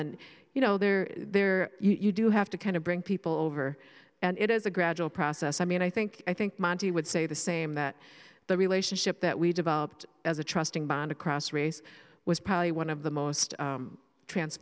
and you know they're there you do have to kind of bring people over and it is a gradual process i mean i think i think monte would say the same that the lation ship that we developed as a trusting bond across race was probably one of the most trans